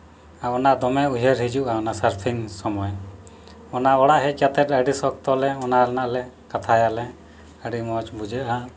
ᱟᱨ ᱚᱱᱟ ᱫᱚᱢᱮ ᱩᱭᱦᱟᱹᱨ ᱦᱤᱡᱩᱜᱼᱟ ᱚᱱᱟ ᱥᱟᱨᱯᱷᱤᱝ ᱥᱚᱢᱚᱭ ᱚᱱᱟ ᱚᱲᱟᱜ ᱦᱮᱡ ᱠᱟᱛᱮᱫ ᱟᱹᱰᱤ ᱥᱚᱠᱛᱚᱞᱮ ᱚᱱᱟ ᱨᱮᱱᱟᱜ ᱞᱮ ᱠᱟᱛᱷᱟᱭᱟᱞᱮ ᱟᱹᱰᱤ ᱢᱚᱡᱽ ᱵᱩᱡᱷᱟᱹᱜᱼᱟ